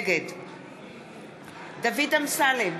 נגד דוד אמסלם,